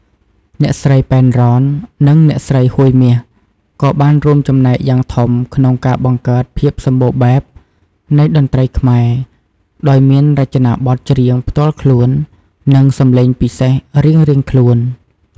អ្នកស្រី ប៉ែន រ៉ន និងអ្នកស្រី ហួយ មាស ក៏បានរួមចំណែកយ៉ាងធំក្នុងការបង្កើតភាពសម្បូរបែបនៃតន្ត្រីខ្មែរ ដោយមានរចនាបថច្រៀងផ្ទាល់ខ្លួន និងសំឡេងពិសេសរៀងៗខ្លួន។